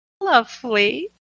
lovely